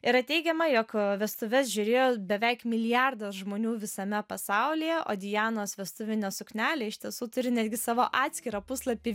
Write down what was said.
yra teigiama jog vestuves žiūrėjo beveik milijardas žmonių visame pasaulyje o dianos vestuvinė suknelė iš tiesų turi netgi savo atskirą puslapį